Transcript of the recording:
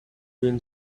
been